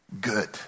good